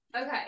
okay